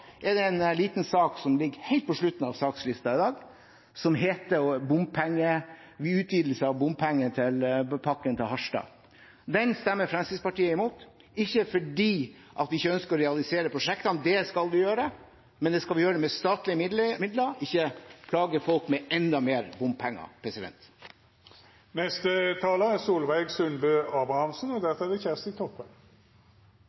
er det en liten sak som ligger helt til slutt på sakslisten i dag, om utvidelse av bompengepakken til Harstad. Det stemmer Fremskrittspartiet imot. Det er ikke fordi vi ikke ønsker å realisere prosjektene, det skal vi gjøre, men det skal vi gjøre med statlige midler, ikke plage folk med enda mer bompenger. E134 går frå Karmøy til Frogn og